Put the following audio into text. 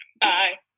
bye